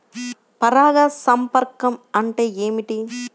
పరాగ సంపర్కం అంటే ఏమిటి?